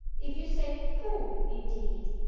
if you say, pooh, indeed!